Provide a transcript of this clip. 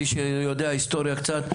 מי שיודע היסטוריה קצת,